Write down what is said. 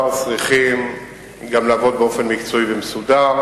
צריכים גם לעבוד באופן מקצועי ומסודר.